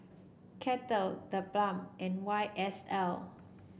Kettle TheBalm and Y S L